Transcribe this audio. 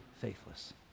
faithless